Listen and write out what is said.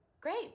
Great